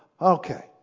okay